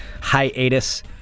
hiatus